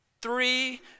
three